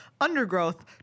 Undergrowth